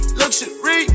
luxury